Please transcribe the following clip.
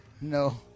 No